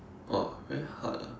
!wah! very hard ah